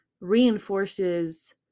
reinforces